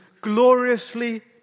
gloriously